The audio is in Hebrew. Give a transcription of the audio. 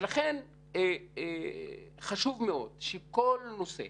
לכן חשוב מאוד שכל נושא